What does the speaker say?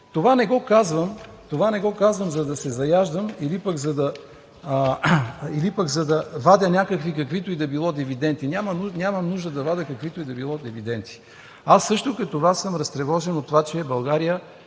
Това не го казвам, за да се заяждам или пък за да вадя каквито и да било дивиденти. Нямам нужда да вадя каквито и да било дивиденти. Аз също като Вас съм разтревожен от това, че България